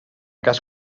cas